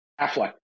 affleck